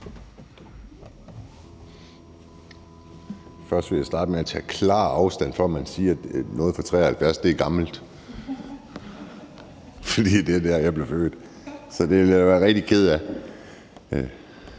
Først vil jeg starte med at tage klar afstand fra, at man siger, at noget fra 1973 er gammelt, for det er der, jeg blev født. Så det ville jeg være rigtig ked af